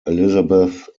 elizabeth